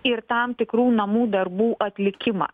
ir tam tikrų namų darbų atlikimą